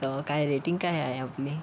काय रेटिंग काय आहे आहे आपली